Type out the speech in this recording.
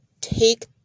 take